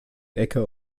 äcker